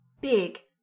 big